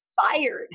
fired